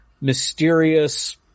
mysterious